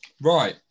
Right